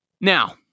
Now